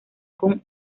con